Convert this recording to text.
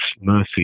mercy